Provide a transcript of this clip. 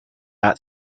not